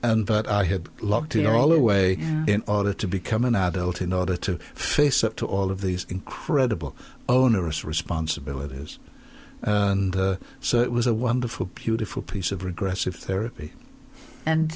and but i had locked in all the way in order to become an adult in order to face up to all of these incredible onerous responsibilities and so it was a wonderful beautiful piece of regressive therapy and